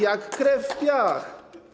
Jak krew w piach.